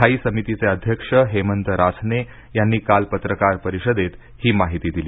स्थायी समितीचे अध्यक्ष हेमंत रासने यांनी काल पत्रकार परिषदेत ही माहिती दिली